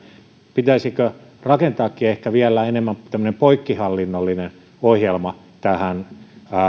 pitäisikö rakentaakin ehkä vielä enemmän tämmöinen poikkihallinnollinen ohjelma tähän